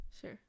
sure